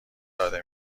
داده